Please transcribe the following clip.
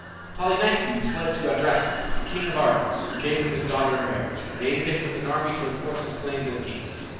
polynices fled to adrastus, king of argos, who gave him his daughter in marriage, and aided him with an army to enforce his claim to the kingdom.